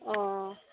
অঁ